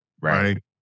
right